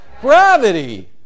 Gravity